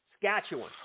Saskatchewan